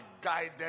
guided